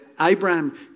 Abraham